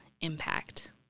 impact